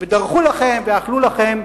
ואכלו לכם,